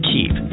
Keep